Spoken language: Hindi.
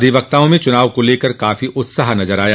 अधिवक्ताओं में चुनाव को लेकर काफी उत्साह नजर आया